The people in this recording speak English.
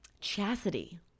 Chastity